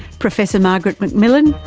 professor margaret mcmillan,